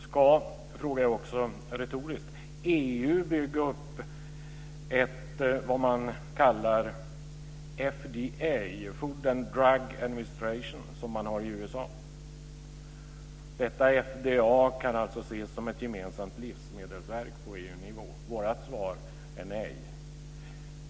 Ska, frågar jag också retoriskt, EU bygga upp ett vad man kallar FDA, Food and Drug Administration, som man har i USA? Detta FDA kan alltså ses som ett gemensamt livsmedelsverk på EU-nivå. Vårt svar är nej.